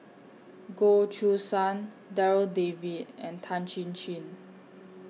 Goh Choo San Darryl David and Tan Chin Chin